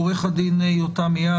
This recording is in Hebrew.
עוה"ד יותם אייל,